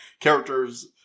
character's